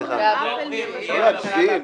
תהיה ממשלה באפריל.